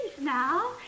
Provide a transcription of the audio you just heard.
now